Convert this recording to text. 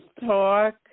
talk